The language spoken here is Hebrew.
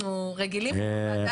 אנחנו רגילים בוועדה